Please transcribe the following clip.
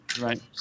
Right